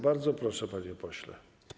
Bardzo proszę, panie pośle.